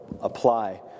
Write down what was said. apply